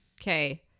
Okay